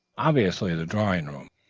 obviously the drawing-room,